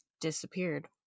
disappeared